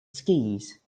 skis